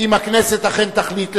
אם הכנסת אכן תחליט להעבירו,